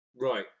Right